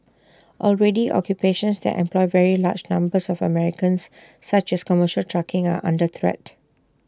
already occupations that employ very large numbers of Americans such as commercial trucking are under threat